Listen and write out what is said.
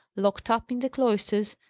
locked up in the cloisters!